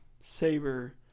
Saber